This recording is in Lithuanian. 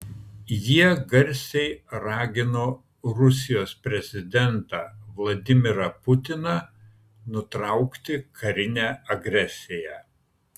jie garsiai ragino rusijos prezidentą vladimirą putiną nutraukti karinę agresiją